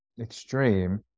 extreme